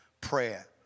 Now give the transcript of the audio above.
prayer